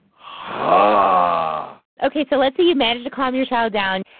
ah ok, so let's say you manage to calm your child down.